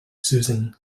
susan